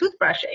toothbrushing